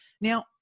Now